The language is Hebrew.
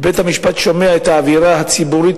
ובית-המשפט שומע את האווירה הציבורית